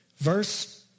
verse